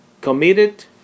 committed